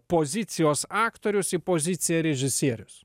pozicijos aktorius į poziciją režisierius